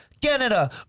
Canada